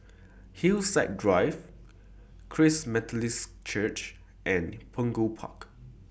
Hillside Drive Christ Methodist Church and Punggol Park